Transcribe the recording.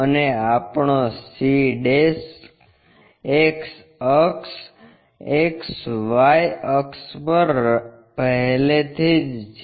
અને આપણો c X અક્ષ XY અક્ષ પર પહેલેથી જ છે